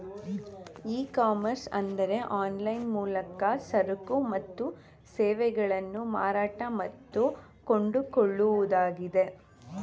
E commerce ಅಂದರೆ online ಮೂಲಕ ಸರಕು ಮತ್ತು ಸೇವೆಗಳನ್ನು ಮಾರಾಟ ಮತ್ತು ಕೊಂಡುಕೊಳ್ಳುವುದಾಗಿದೆ